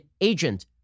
agent